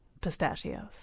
pistachios